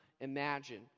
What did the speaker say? imagine